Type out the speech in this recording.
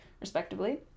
respectively